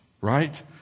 right